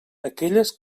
aquelles